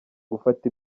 gufata